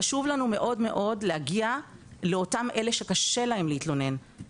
חשוב לנו מאוד מאוד להגיע לאותם אלה שקשה להם להתלונן,